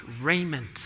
raiment